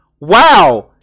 Wow